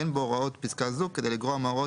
אין בהוראות פסקה זו כדי לגרוע מהוראות